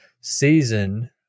season